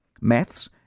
maths